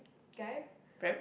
guy